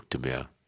mehr